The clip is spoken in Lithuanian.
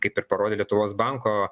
kaip ir parodė lietuvos banko